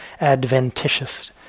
adventitious